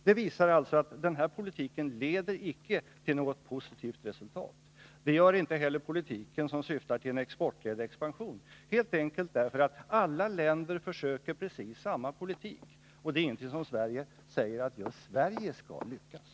Detta visar alltså att den här politiken icke leder till något positivt resultat. Det gör inte heller den politik som syftar till exportledd expansion, helt enkelt därför att alla länder försöker med precis samma politik, och det är ingenting som säger att just Sverige skall lyckas.